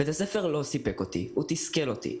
בית הספר לא סיפק אותי, הוא תסכל אותי.